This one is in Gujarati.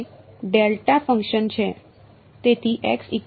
તે ડેલ્ટા ફંક્શન છે